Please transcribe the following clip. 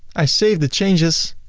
i save the changes